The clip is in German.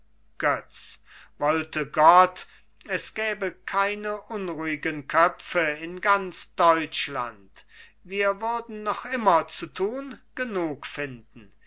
wollte gott es gäbe keine unruhige köpfe in ganz deutschland wir würden noch immer zu tun genug finden